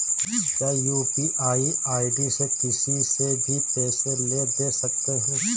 क्या UPI ID से किसी से भी पैसे ले दे सकते हैं?